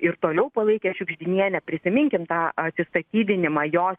ir toliau palaikė šiugždinienę prisiminkim tą atsistatydinimą jos